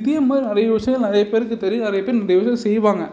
இதே மாதிரி நிறைய விஷயோம் நிறைய பேருக்கு தெரியும் நிறைய பேர் இந்த விஷயோம் செய்வாங்க